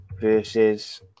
versus